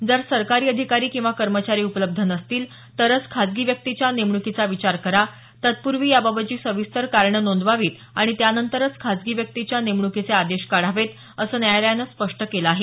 जर सरकारी अधिकारी किंवा कर्मचारी उपलब्ध नसतील तरच खासगी व्यक्तीच्या नेमण्कीचा विचार करा तत्पूर्वी याबाबतची सविस्तर कारणे नोंदवावीत आणि त्यानंतरच खासगी व्यक्तीच्या नेमण्कीचे आदेश काढावेत असं न्यायालयानं स्पष्ट केलं आहे